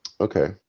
okay